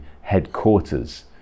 headquarters